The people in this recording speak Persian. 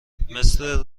مثل